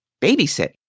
Babysit